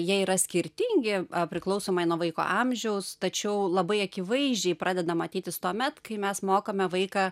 jie yra skirtingi priklausomai nuo vaiko amžiaus tačiau labai akivaizdžiai pradeda matytis tuomet kai mes mokome vaiką